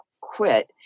quit